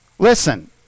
Listen